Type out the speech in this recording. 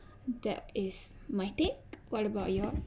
that is my take what about you